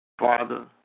Father